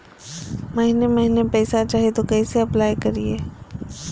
महीने महीने पैसा चाही, तो कैसे अप्लाई करिए?